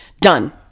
done